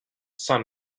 sun